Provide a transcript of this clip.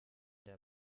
der